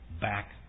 back